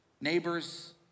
neighbors